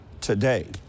today